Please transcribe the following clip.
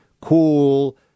cool